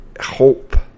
hope